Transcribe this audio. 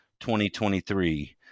2023